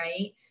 right